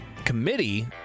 committee